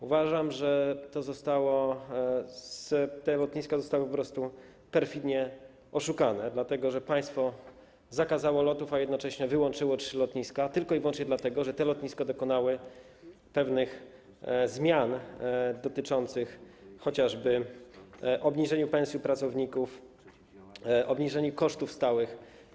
Uważam, że te lotniska zostały po prostu perfidnie oszukane, dlatego że państwo zakazało lotów, a jednocześnie wyłączyło trzy lotniska, tylko i wyłącznie dlatego, że te lotniska dokonały pewnych zmian dotyczących chociażby obniżenia pensji pracowników, obniżenia kosztów stałych.